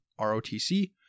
ROTC